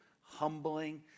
humbling